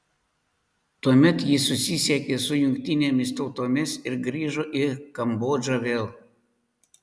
tuomet ji susisiekė su jungtinėmis tautomis ir grįžo į kambodžą vėl